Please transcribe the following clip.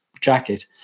jacket